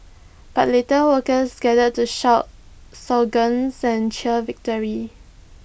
but later workers gathered to shout slogans and cheer victory